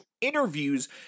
Interviews